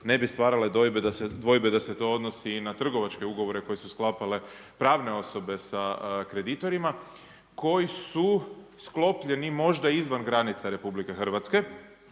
ne bi stvarale dvojbe da se to odnosi i na trgovačke ugovore koje su sklapale pravne osobe sa kreditorima koji su sklopljeni možda izvan granica RH, ali su